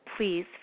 Please